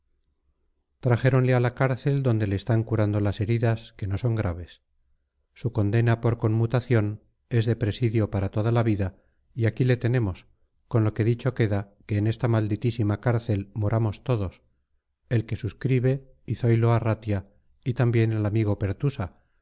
trajéronle a la cárcel donde le están curando las heridas que no son graves su condena por conmutación es de presidio para toda la vida y aquí le tenemos con lo que dicho queda que en esta malditísima cárcel moramos todos el que suscribe y zoilo arratia y también el amigo pertusa